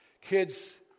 Kids